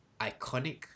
iconic